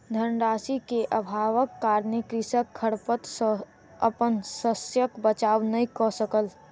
धन राशि के अभावक कारणेँ कृषक खरपात सॅ अपन शस्यक बचाव नै कय सकल